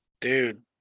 Dude